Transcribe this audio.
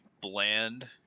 bland